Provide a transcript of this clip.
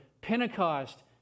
Pentecost